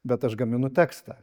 bet aš gaminu tekstą